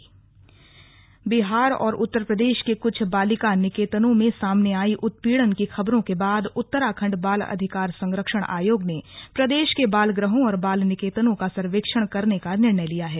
slug बालिका निकेतन बिहार और उत्तर प्रदेश के कुछ बालिका निकेतनों में सामने आयी उत्पीड़न की खबरों के बाद उत्तराखंड बाल अधिकार संरक्षण आयोग ने प्रदेश के बाल गृहों और बाल निकेतनों का सर्वेक्षण करने का निर्णय लिया है